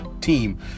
team